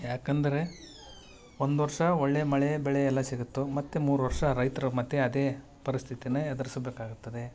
ಯಾಕಂದರೆ ಒಂದೊರ್ಷ ಒಳ್ಳೆಯ ಮಳೆ ಬೆಳೆ ಎಲ್ಲಾ ಸಿಗ್ತು ಮತ್ತೆ ಮೂರು ವರ್ಷ ರೈತ್ರು ಮತ್ತೆ ಅದೇ ಪರಿಸ್ಥಿತಿನ ಎದುರಿಸಬೇಕಾಗ್ತದೆ